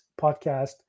podcast